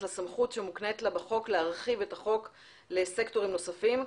לסמכות שמוקנית לה בחוק להרחיב את החוק לסקטורים נוספים,